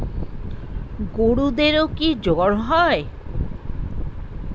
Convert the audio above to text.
গরুদেরও কি জ্বর হয়?